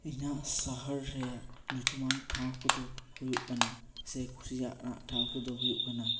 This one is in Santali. ᱤᱧᱟᱹᱜ ᱥᱚᱦᱚᱨ ᱨᱮ ᱧᱩᱛᱩᱢᱟᱱ ᱴᱷᱟᱶ ᱠᱚᱫᱚ ᱦᱩᱭᱩᱜ ᱠᱟᱱᱟ ᱥᱮ ᱠᱩᱥᱤᱭᱟᱜ ᱴᱷᱟᱶ ᱠᱚᱫᱚ ᱦᱩᱭᱩᱜ ᱠᱟᱱᱟ